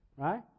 Right